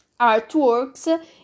artworks